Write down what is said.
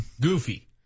Goofy